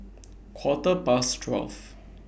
Quarter Past twelve